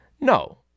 No